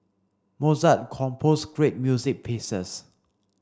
Mozart composed great music pieces